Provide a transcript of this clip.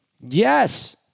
Yes